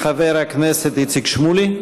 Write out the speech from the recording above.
חבר הכנסת איציק שמולי,